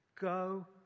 Go